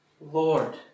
Lord